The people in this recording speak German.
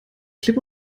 klipp